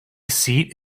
seat